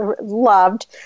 loved